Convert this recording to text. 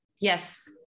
Yes